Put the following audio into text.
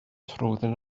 trwyddyn